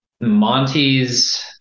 Monty's